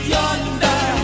yonder